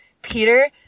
Peter